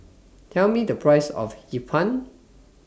Tell Me The Price of Hee Pan